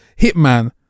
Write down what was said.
hitman